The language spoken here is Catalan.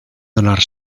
donar